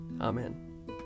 Amen